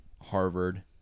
harvard